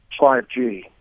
5G